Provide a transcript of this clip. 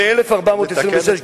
ב-1426,